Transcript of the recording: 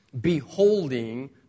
Beholding